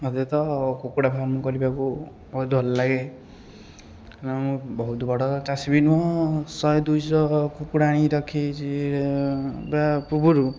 ମୋତେ ତ କୁକୁଡ଼ା ଫାର୍ମ କରିବାକୁ ବହୁତ ଭଲଲାଗେ କାରଣ ମୁଁ ବହୁତ ବଡ଼ ଚାଷୀ ବି ନୁହଁ ଶହେ ଦୁଇଶହ କୁକୁଡ଼ା ଆଣିକି ରଖିଛି ବା ପୂର୍ବରୁ